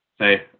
say